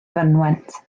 fynwent